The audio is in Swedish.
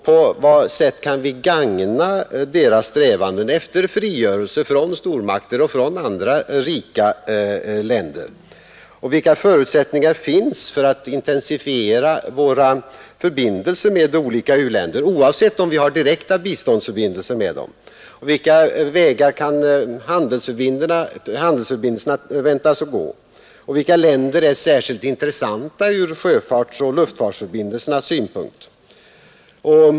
På vad sätt kan vi gagna deras strävanden efter frigörelse från stormakter och från andra rika länder? Vilka förutsättningar finns för att intensifiera våra förbindelser med olika u-länder, oavsett om vi har direkta biståndsförbindelser med dem? Vilka vägar kan handelsförbindelserna väntas gå? Vilka länder är särskilt intressanta ur sjöfartsoch luftfartsförbindelsernas synpunkt?